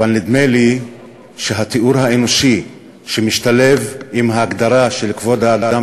אבל נדמה לי שהתיאור האנושי שמשתלב בהגדרה של כבוד האדם